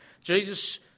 Jesus